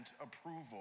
approval